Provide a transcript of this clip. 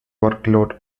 workload